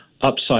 upside